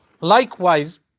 Likewise